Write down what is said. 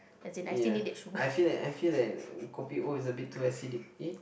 ya I feel that I feel that kopi O is a bit too acidic eh